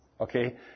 Okay